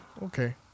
Okay